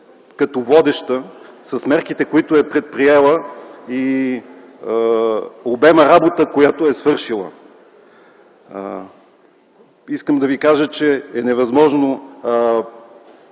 като водеща с мерките, които е предприела и обема работа, която е свършила. Искам да Ви кажа, че е невъзможно